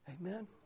Amen